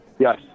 yes